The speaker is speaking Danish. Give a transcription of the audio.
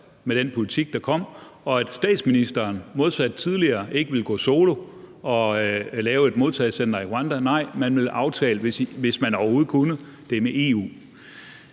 med den politik, der kom, og at statsministeren modsat tidligere ikke ville gå solo og lave et modtagecenter i Rwanda. Nej, man ville aftale det, hvis man overhovedet kunne, med EU.